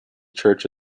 church